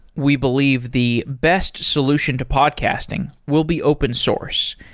we believe the best solution to podcasting will be open source.